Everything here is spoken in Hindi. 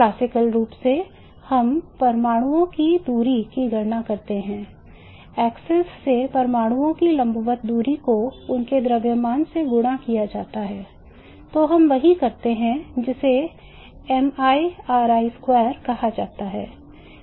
क्लासिकल रूप से हम परमाणुओं की दूरी की गणना करते हैं अक्ष से परमाणुओं की लंबवत दूरी को उनके द्रव्यमान से गुणा किया जाता है तो हम वही करते हैं जिसे miri2 कहा जाता है